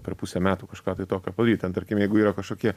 per pusę metų kažką tai tokio padaryt ten tarkim jeigu yra kažkokie